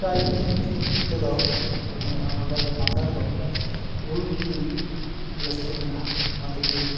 ᱵᱟᱹᱲᱛᱤ ᱠᱟᱹᱭᱛᱮ ᱧᱮᱞᱚᱜᱼᱟ ᱱᱚᱰᱮ ᱫᱚ ᱢᱟᱞᱫᱟ ᱨᱮᱫᱚ ᱩᱞ ᱜᱮ ᱡᱟᱹᱥᱛᱤ ᱢᱮᱱᱟᱜᱼᱟ ᱚᱱᱟ ᱛᱮᱜᱮ